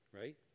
right